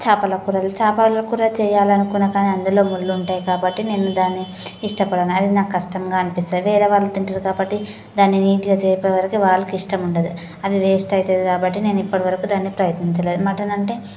చాపల కూరలు చాపల కూర చేయాలనుకున్న కానీ అందులో ముళ్ళు ఉంటాయి కాబట్టి నేను దాన్ని ఇష్టపడను ఐ మీన్ నాకు కష్టంగా అనిపిస్తుంది వేరే వాళ్ళు తింటారు కాబట్టి దాన్ని నీటిగా చేయ పోయేవరకు వాళ్లకి ఇష్టం ఉండదు అది వేస్ట్ అవుతుంది కాబట్టి నేను ఇప్పటివరకు దాన్ని ప్రయత్నించలేదు మటన్ అంటే